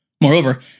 Moreover